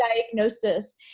diagnosis